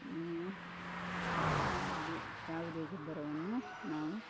ನೀವು ಯಾವುದೇ ಯಾವುದೇ ಗೊಬ್ಬರವನ್ನು ನಾವು